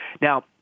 Now